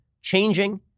changing